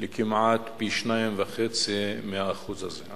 לכמעט פי-2.5 מהאחוז הזה.